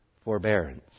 forbearance